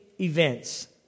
events